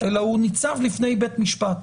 אלא הוא ניצב בפני בית המשפט.